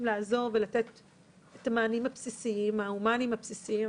לעזור ולתת את המענים ההומניים הבסיסיים,